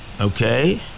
Okay